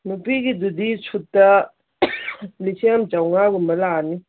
ꯅꯨꯄꯤꯒꯤꯗꯨꯗꯤ ꯁꯨꯠꯇ ꯂꯤꯁꯤꯡ ꯑꯃ ꯆꯥꯝꯃꯉꯥꯒꯨꯝꯕ ꯂꯥꯛꯑꯅꯤ